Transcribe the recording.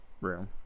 room